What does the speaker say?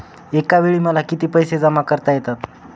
एकावेळी मला किती पैसे जमा करता येतात?